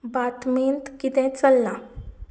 बातमेंत किदें चल्लां